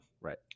Right